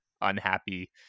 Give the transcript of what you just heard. unhappy